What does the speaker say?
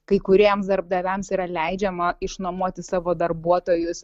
kai kuriems darbdaviams yra leidžiama išnuomoti savo darbuotojus